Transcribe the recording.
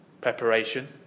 preparation